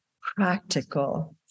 practical